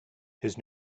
his